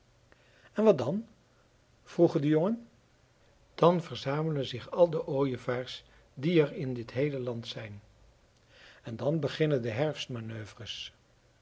en wat dan vroegen de jongen dan verzamelen zich al de ooievaars die er in dit heele land zijn en dan beginnen de herfstmanoeuvres